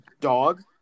Dog